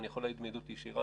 אני יכול להעיד מעדות ישירה,